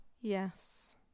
Yes